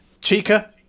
Chica